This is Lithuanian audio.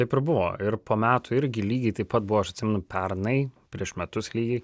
taip ir buvo ir po metų irgi lygiai taip pat buvo aš atsimenu pernai prieš metus lygiai